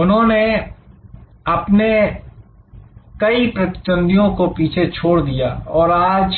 उन्होंने अपने कई प्रतिद्वंद्वियों को पीछे छोड़ दिया और आज